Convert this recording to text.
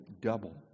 double